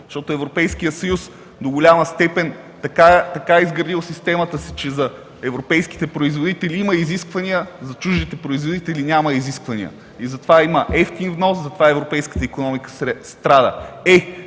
защото Европейският съюз до голяма степен така е изградил системата си, че за европейските производители има изисквания, а за чуждите производители няма изисквания и затова има евтин внос, затова европейската икономика страда.